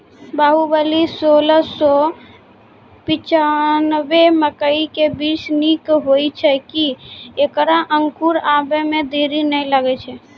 बाहुबली सोलह सौ पिच्छान्यबे मकई के बीज निक होई छै किये की ऐकरा अंकुर आबै मे देरी नैय लागै छै?